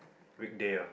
weekday ah